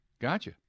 Gotcha